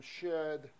shared